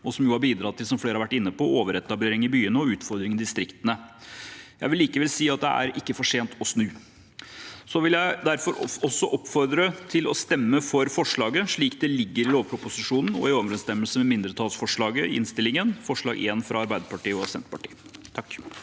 og som har bidratt til, som flere har vært inne på, overetablering i byene og utfordringer i distriktene. Jeg vil likevel si at det ikke er for sent å snu. Jeg vil derfor oppfordre til å stemme for forslaget slik det ligger i lovproposisjonen, og i overensstemmelse med mindretallsforslaget i innstillingen, forslag nr. 1, fra Arbeiderpartiet og Senterpartiet.